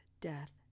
death